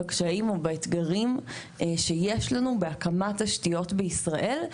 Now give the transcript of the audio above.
בקשיים ובאתגרים שיש לנו בהקמת תשתיות בישראל.